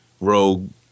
rogue